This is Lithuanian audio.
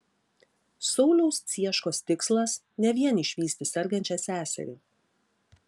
sauliaus cieškos tikslas ne vien išvysti sergančią seserį